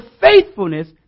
faithfulness